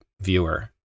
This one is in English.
viewer